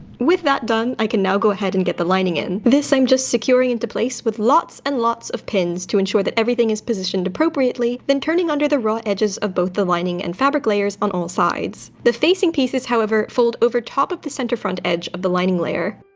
with that done, i can now go ahead and get the lining in. this i'm just securing into place with lots and lots of pins to ensure that everything is positioned appropriately. then turning under the raw edges of both the lining and fabric layers on all sides. the facing pieces, however, fold over top of the center front edge of the lining layer.